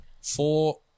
four